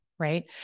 Right